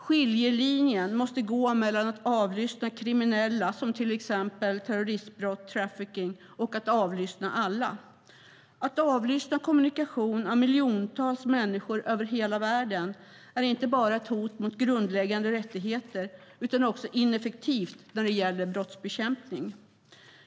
Skiljelinjen måste gå mellan att avlyssna kriminella som vid till exempel terroristbrott och trafficking och att avlyssna alla. Att avlyssna kommunikation av miljontals människor över hela världen är inte bara ett hot mot grundläggande rättigheter utan också ineffektivt när det gäller brottsbekämpning.